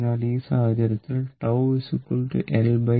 അതിനാൽ ഈ സാഹചര്യത്തിൽ τLRThevenin 0